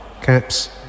Caps